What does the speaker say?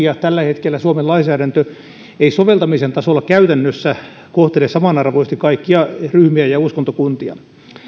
takia tällä hetkellä suomen lainsäädäntö ei soveltamisen tasolla käytännössä kohtele samanarvoisesti kaikkia ryhmiä ja uskontokuntia